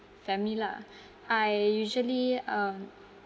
family lah I usually um